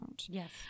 Yes